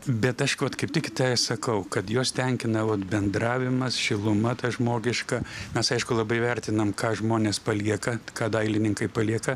bet aš vat kai tik tą i sakau kad juos tenkina vat bendravimas šiluma ta žmogiška mes aišku labai vertinam ką žmonės palieka ką dailininkai palieka